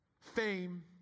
fame